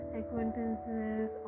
acquaintances